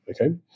okay